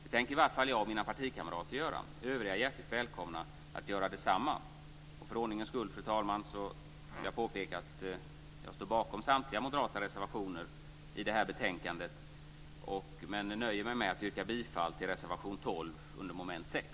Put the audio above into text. Det tänker i alla fall jag och mina partikamrater göra. Övriga är hjärtligt välkomna att göra detsamma. För ordningens skull, fru talman, vill jag påpeka att jag står bakom samtliga moderata reservationer i detta betänkande men nöjer mig med att yrka bifall till reservation 12 under mom. 6.